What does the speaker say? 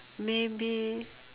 maybe